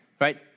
right